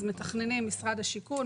אז מתכננים משרד השיכון,